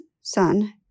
son